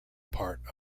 part